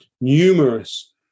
numerous